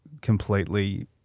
completely